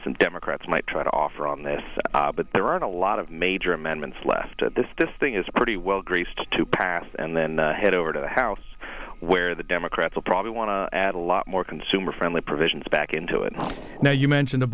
some democrats might try to offer on this but there aren't a lot of major amendments left at this this thing is pretty well greased to pass and then head over to the house where the democrats will probably want to add a lot more consumer friendly provisions back into it now you mentioned a